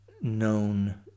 known